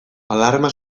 alarma